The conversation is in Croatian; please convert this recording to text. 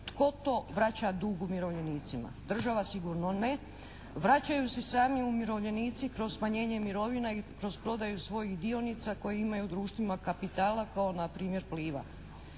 tko to vraća dug umirovljenicima, država sigurno ne. Vraćaju se sami umirovljenici kroz smanjenje mirovina i kroz prodaju svojih dionica koje imaju u društvima kapitala, kao npr. Pliva.